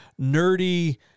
nerdy